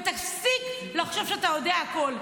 ותפסיק לחשוב שאתה יודע הכול,